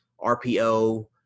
RPO